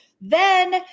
then-